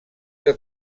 que